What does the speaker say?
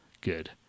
Good